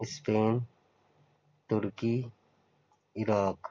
Spain ترکی عراق